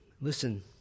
Listen